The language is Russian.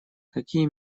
какие